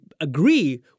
agree